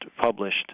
published